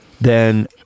then-